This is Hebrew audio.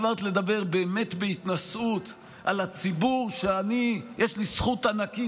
עברת לדבר באמת בהתנשאות על הציבור שיש לי זכות ענקית,